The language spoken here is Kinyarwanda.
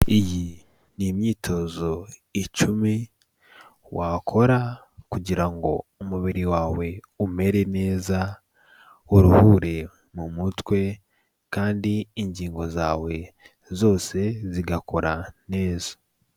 Iyi ni imyitozo icumi wakora kugira ngo umubiri wawe umere neza, uruhure mu mutwe kandi ingingo zawe zose zigakora neza.